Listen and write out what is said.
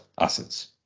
assets